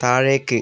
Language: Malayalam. താഴേക്ക്